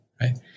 right